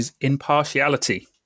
impartiality